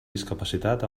discapacitat